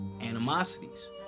animosities